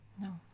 No